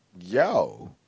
yo